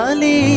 Ali